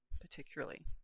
particularly